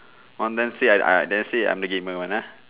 one time say I I then say I'm a gamer [one] uh